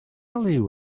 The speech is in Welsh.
liw